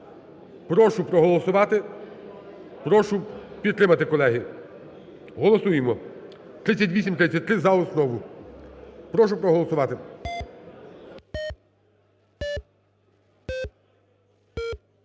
Прошу проголосувати, прошу підтримати, колеги. Голосуємо 3833 за основу. Прошу проголосувати.